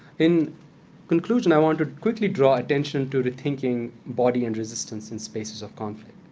in conclusion, i wanted to quickly draw attention to rethinking body and resistance in spaces of conflict.